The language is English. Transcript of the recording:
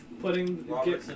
putting